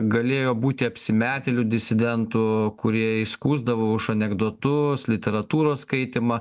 galėjo būti apsimetėlių disidentų kurie įskųsdavo už anekdotus literatūros skaitymą